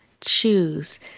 Choose